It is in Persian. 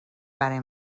برای